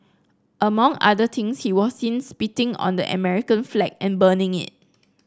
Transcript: among other things he was seen spitting on the American flag and burning it